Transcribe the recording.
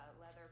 leather